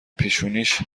پیشونیش